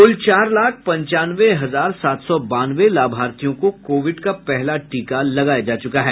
कुल चार लाख पंचानवे हजार सात सौ बानवे लाभार्थियों को कोविड का पहला टीका लगाया जा चुका है